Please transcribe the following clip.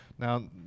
Now